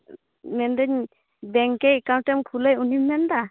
ᱢᱮᱱᱫᱟᱹᱧ ᱵᱮᱝᱠᱮ ᱮᱠᱟᱣᱩᱴᱮᱢ ᱠᱷᱩᱞᱟᱹᱣ ᱩᱱᱤᱢ ᱢᱮᱱᱫᱟ